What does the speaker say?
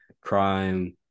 Crime